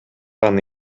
аны